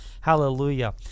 hallelujah